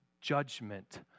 judgment